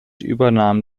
übernahm